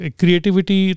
creativity